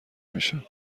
میشم